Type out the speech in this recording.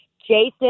Jason